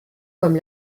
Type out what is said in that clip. comme